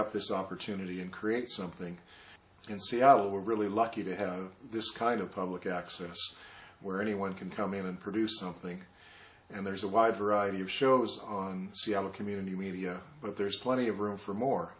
up this opportunity and create something in seattle we're really lucky to have this kind of public access where anyone can come in and produce something and there's a wide variety of shows on c l a community media but there's plenty of room for more